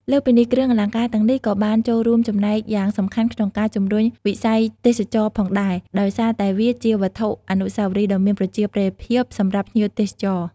លើសពីនេះ គ្រឿងអលង្ការទាំងនេះក៏បានចូលរួមចំណែកយ៉ាងសំខាន់ក្នុងការ ជំរុញវិស័យទេសចរណ៍ ផងដែរ ដោយសារតែវាជាវត្ថុអនុស្សាវរីយ៍ដ៏មានប្រជាប្រិយភាពសម្រាប់ភ្ញៀវទេសចរ។